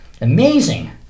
Amazing